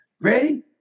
ready